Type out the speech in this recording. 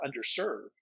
underserved